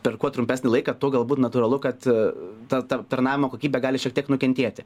per kuo trumpesnį laiką tuo galbūt natūralu kad ta ta aptarnavimo kokybė gali šiek tiek nukentėti